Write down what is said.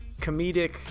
comedic